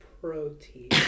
protein